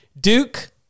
Duke